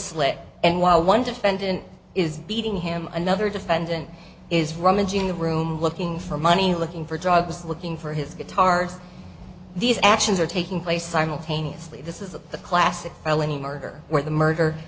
slit and while one defendant is beating him another defendant is rummaging in the room looking for money looking for drugs looking for his guitars these actions are taking place simultaneously this is the classic felony murder where the murder